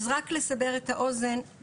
רק לסבר את האוזן,